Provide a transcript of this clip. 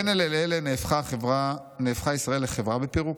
"בין אלה לאלה נהפכה ישראל לחברה בפירוק.